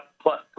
plus